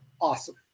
awesome